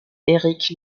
éric